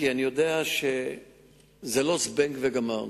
כי אני יודע שזה לא "זבנג וגמרנו".